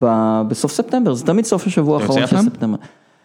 בסוף ספטמבר, זה תמיד סוף השבוע האחרון של ספטמבר (ביחד): -